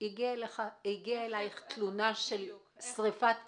הגיעה אליך תלונה של שריפת פסולת.